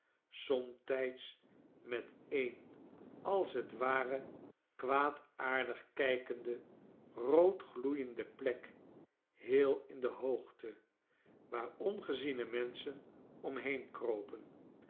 somtijds met een als t ware kwaadaardig kijkende rood gloeiende plek heel in de hoogte waar ongeziene menschen omheen kropen